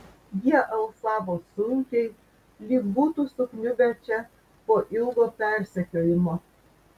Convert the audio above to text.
jie alsavo sunkiai lyg būtų sukniubę čia po ilgo persekiojimo